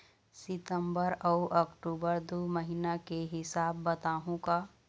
सितंबर अऊ अक्टूबर दू महीना के हिसाब बताहुं का?